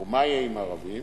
ומה יהיה עם הערבים?